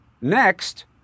Next